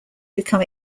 become